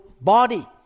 body